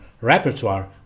repertoire